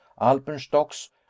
alpenstocks